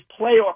playoff